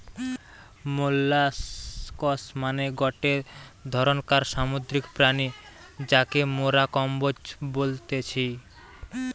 molluscs মানে গটে ধরণকার সামুদ্রিক প্রাণী যাকে মোরা কম্বোজ বলতেছি